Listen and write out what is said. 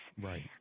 Right